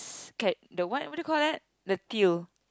can the what what you call that the peel